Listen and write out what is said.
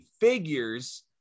figures